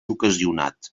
ocasionat